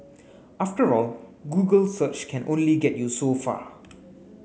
after all Google search can only get you so far